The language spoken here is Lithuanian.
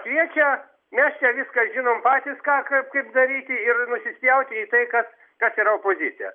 kviečia mes čia viską žinom patys ką ką kaip daryti ir nusispjauti į tai kad kas yra opozicija